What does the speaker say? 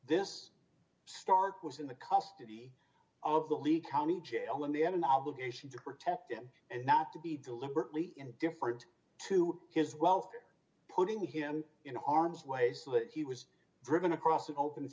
this stark was in the custody of the lead county jail in the end an obligation to protect him and not to be deliberately indifferent to his welfare putting him in harm's way so that he was driven across an open